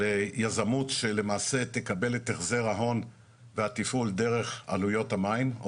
של יזמות שלמעשה תקבל את החזר ההון ואת התפעול דרך עלויות המים,